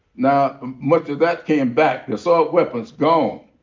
now, much of that came back. the assault weapons, gone.